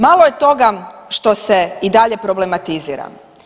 Malo je toga što se i dalje problematizira.